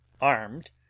armed